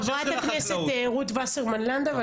חברת הכנסת רות וסרמן לנדאו.